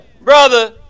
brother